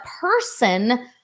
person